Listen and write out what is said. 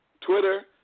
Twitter